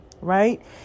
Right